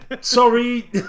Sorry